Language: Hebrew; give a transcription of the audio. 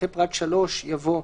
אחרי פרט (3) בא: